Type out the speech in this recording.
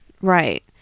Right